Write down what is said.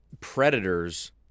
predators